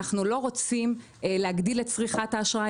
אנחנו לא רוצים להגדיל את צריכת האשראי,